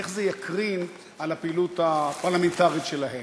איך זה יקרין על הפעילות הפרלמנטרית שלהם?